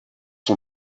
son